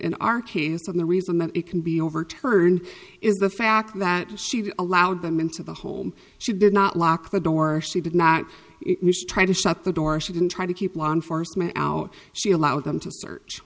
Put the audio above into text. case and the reason that it can be overturned is the fact that she allowed them into the home she did not lock the door she did not try to shut the door she didn't try to keep law enforcement out she allowed them to search